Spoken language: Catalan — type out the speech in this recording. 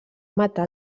matar